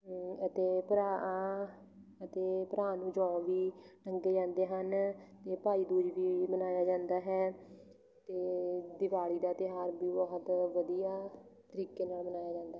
ਅਤੇ ਭਰਾ ਆ ਅਤੇ ਭਰਾ ਨੂੰ ਜੌਂ ਵੀ ਟੰਗੇ ਜਾਂਦੇ ਹਨ ਅਤੇ ਭਾਈ ਦੂਜ ਵੀ ਮਨਾਇਆ ਜਾਂਦਾ ਹੈ ਅਤੇ ਦਿਵਾਲੀ ਦਾ ਤਿਉਹਾਰ ਵੀ ਬਹੁਤ ਵਧੀਆ ਤਰੀਕੇ ਨਾਲ ਮਨਾਇਆ ਜਾਂਦਾ ਹੈ